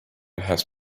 has